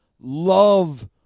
love